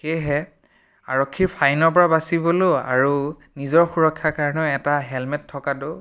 সেয়েহে আৰক্ষীৰ ফাইনৰ পৰা বাচিবলৈও আৰু নিজৰ সুৰক্ষাৰ কাৰণেও এটা হেলমেট থকাটো